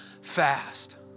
fast